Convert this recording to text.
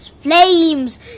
flames